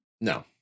No